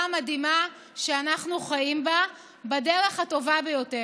המדהימה שאנחנו חיים בה בדרך הטובה ביותר.